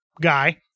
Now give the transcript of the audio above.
guy